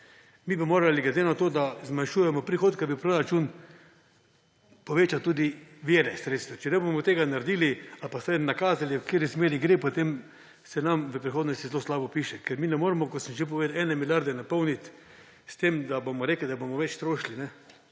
mi morali glede na to, da zmanjšujemo prihodke v proračun, povečati tudi vire sredstev. Če ne bomo tega naredili ali vsaj nakazali, v kateri smeri gre, potem se nam v prihodnosti zelo slabo piše, ker mi ne moremo, tako kot sem že povedal, 1 milijarde napolniti s tem, da bomo rekli, da bomo več trošili,